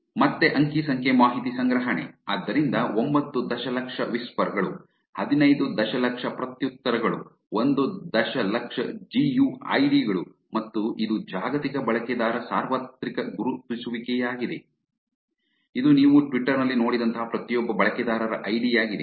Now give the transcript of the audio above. ಮತ್ತೆ ಅಂಕಿ ಸಂಖ್ಯೆ ಮಾಹಿತಿ ಸಂಗ್ರಹಣೆ ಆದ್ದರಿಂದ ಒಂಬತ್ತು ದಶಲಕ್ಷ ವಿಸ್ಪರ್ ಗಳು ಹದಿನೈದು ದಶಲಕ್ಷ ಪ್ರತ್ಯುತ್ತರಗಳು ಒಂದು ದಶಲಕ್ಷ ಜಿಯುಐಡಿ ಗಳು ಇದು ಜಾಗತಿಕ ಬಳಕೆದಾರ ಸಾರ್ವತ್ರಿಕ ಗುರುತಿಸುವಿಕೆಯಾಗಿದೆ ಇದು ನೀವು ಟ್ವಿಟರ್ ನಲ್ಲಿ ನೋಡಿದಂತಹ ಪ್ರತಿಯೊಬ್ಬ ಬಳಕೆದಾರರ ಐಡಿ ಯಾಗಿದೆ